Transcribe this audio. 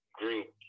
group